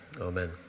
Amen